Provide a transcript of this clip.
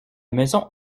maison